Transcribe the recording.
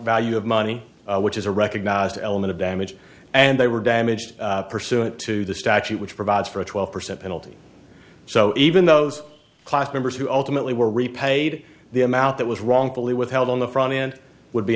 value of money which is a recognized element of damage and they were damaged pursuant to the statute which provides for a twelve percent penalty so even those class members who ultimately were repaid the amount that was wrongfully withheld on the front end would be